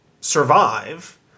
survive